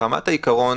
ברמת העיקרון,